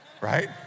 Right